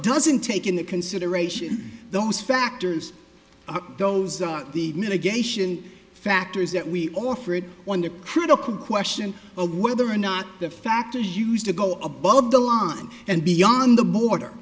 doesn't take into consideration those factors those are the medication factors that we offered on the critical question of whether or not the factor used to go above the line and beyond the border